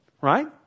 right